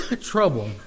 trouble